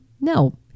no